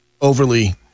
overly